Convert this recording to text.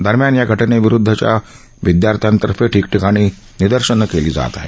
दरम्यान या घटने विरुद्धच्या विद्यर्थ्यांतर्फे ठिकठिकाणी निदर्शनं केली जात आहेत